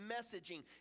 messaging